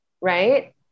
right